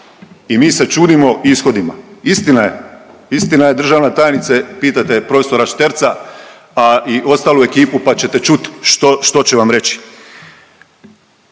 i mi se čudimo ishodima. Istina je, istina je državna tajnice, pitajte profesora Šterca, a i ostalu ekipu pa ćete čut što, što će vam reći.